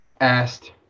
asked